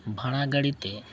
ᱵᱷᱟᱲᱟ ᱜᱟᱹᱰᱤᱛᱮ